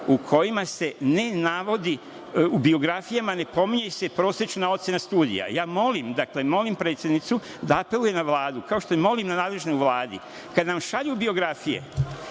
u kojima se ne navodi, u biografijama se ne pominje prosečna ocena studija. Molim, dakle, predsednicu, da apeluje na Vladu, kao što je molim i nadležne u Vladi kad nam šalju biografije